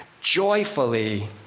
joyfully